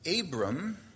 Abram